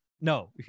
No